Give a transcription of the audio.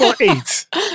eight